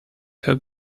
have